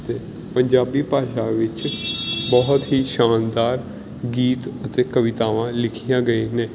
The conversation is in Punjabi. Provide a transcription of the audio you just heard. ਅਤੇ ਪੰਜਾਬੀ ਭਾਸ਼ਾ ਵਿੱਚ ਬਹੁਤ ਹੀ ਸ਼ਾਨਦਾਰ ਗੀਤ ਅਤੇ ਕਵਿਤਾਵਾਂ ਲਿਖੀਆਂ ਗਈ ਨੇ